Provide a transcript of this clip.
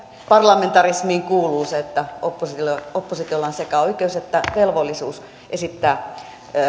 parlamentarismiin kuuluu se että oppositiolla on sekä oikeus että velvollisuus esittää